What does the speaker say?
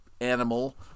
animal